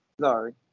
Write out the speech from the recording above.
Sorry